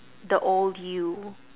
the old you